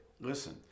Listen